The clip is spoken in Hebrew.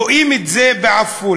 רואים את זה בעפולה